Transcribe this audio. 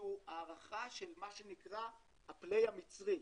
של מה שנקרא הפליי המצרי.